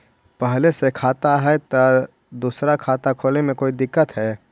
पहले से खाता है तो दूसरा खाता खोले में कोई दिक्कत है?